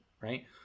right